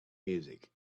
music